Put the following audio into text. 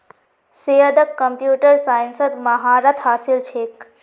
सैयदक कंप्यूटर साइंसत महारत हासिल छेक